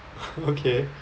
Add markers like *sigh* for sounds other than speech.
*laughs* okay